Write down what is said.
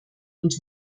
und